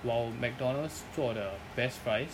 while McDonald's 做 the best fries